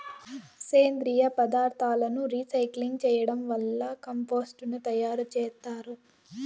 సేంద్రీయ పదార్థాలను రీసైక్లింగ్ చేయడం వల్ల కంపోస్టు ను తయారు చేత్తారు